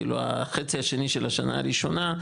כאילו החצי השני של השנה הראשונה,